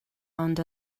ond